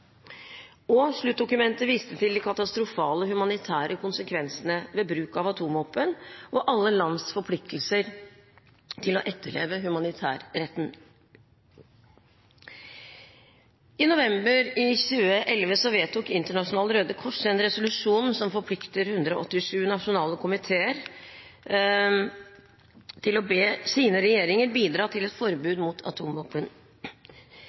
og sluttdokumentet viste til de katastrofale humanitære konsekvensene ved bruk av atomvåpen og alle lands forpliktelser til å etterleve humanitærretten. I november i 2011 vedtok Det internasjonale Røde Kors en resolusjon som forplikter 187 nasjonale komiteer til å be sine regjeringer om bidra til et